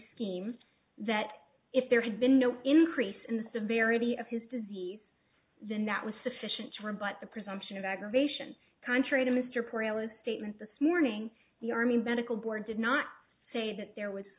schemes that if there had been no increase in the severity of his disease then that was sufficient to rebut the presumption of aggravation contrary to mr preludes statement this morning the army medical board did not say that there was